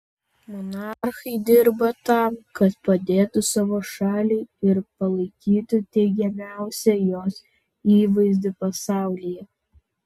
monarchai dirba tam kad padėtų savo šaliai ir palaikytų teigiamiausią jos įvaizdį pasaulyje